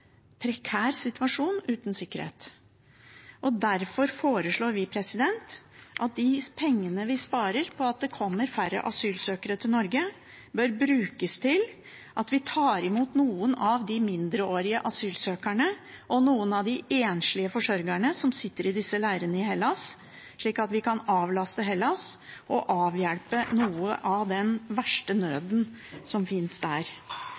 prekær situasjon uten sikkerhet. Derfor foreslår vi at de pengene vi sparer på at det kommer færre asylsøkere til Norge, bør brukes til at vi tar imot noen av de mindreårige asylsøkerne og noen av de enslige forsørgerne som sitter i disse leirene i Hellas, slik at vi kan avlaste Hellas og avhjelpe noe av den verste nøden som finnes der.